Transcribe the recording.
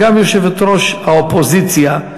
וגם יושבת-ראש האופוזיציה,